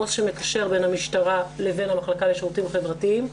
עו"ס שמקשר בין המשטרה לבין המחלקה לשירותים חברתיים.